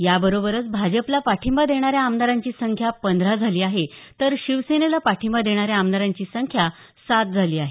याबरोबरच भाजपला पाठिंबा देणाऱ्या आमदारांची संख्या पंधरा झाली आहे तर शिवसेनेला पाठिंबा देणाऱ्या आमदारांची संख्या सात झाली आहे